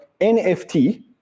NFT